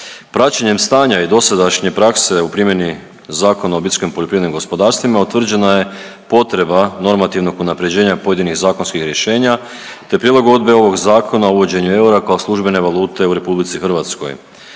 praćenjem stanja i dosadašnje prakse u primjeni Zakona o OPG-ovima, utvrđena je potrebna normativnog unaprjeđenja pojedinih zakonskih rješenja te prilagodbe ovog Zakona uvođenju eura kao službene valute u RH. Obiteljsko